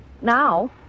now